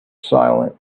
silent